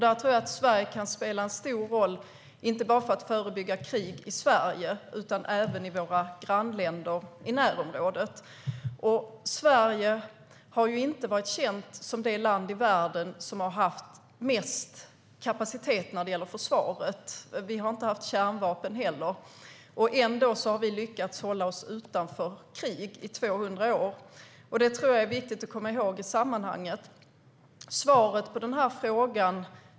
Jag tror att Sverige kan spela en stor roll när det gäller att förebygga krig inte bara i Sverige utan även i våra grannländer i närområdet. Sverige har ju inte varit känt som det land i världen som har haft mest kapacitet när det gäller försvaret. Vi har inte heller haft kärnvapen, och ändå har vi lyckats hålla oss utanför krig i 200 år. Det tror jag är viktigt att komma ihåg i sammanhanget.